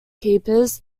keepers